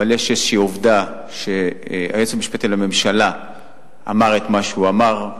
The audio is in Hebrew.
אבל יש עובדה שהיועץ המשפטי לממשלה אמר את מה שהוא אמר.